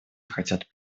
хотят